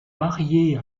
marié